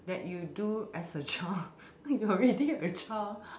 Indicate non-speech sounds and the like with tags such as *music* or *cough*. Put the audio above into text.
that you do as a child *laughs* you are already a child